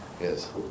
Yes